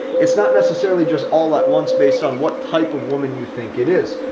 it's not necessarily just all at once based on what type of woman you think it is.